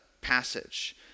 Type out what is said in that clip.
passage